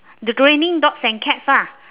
the raining dogs and cats lah